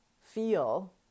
feel